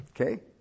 Okay